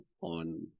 on